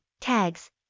Tags